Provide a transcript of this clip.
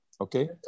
okay